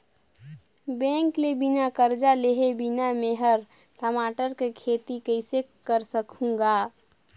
bank ले बिना करजा लेहे बिना में हर टमाटर के खेती करे सकहुँ गा